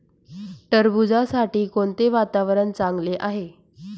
टरबूजासाठी कोणते वातावरण चांगले आहे?